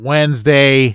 Wednesday